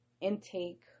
intake